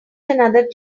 another